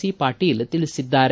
C Patil ತಿಳಿಸಿದ್ದಾರೆ